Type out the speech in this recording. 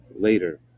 Later